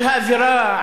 על האווירה,